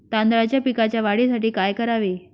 तांदळाच्या पिकाच्या वाढीसाठी काय करावे?